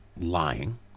lying